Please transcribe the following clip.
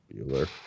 Bueller